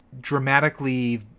dramatically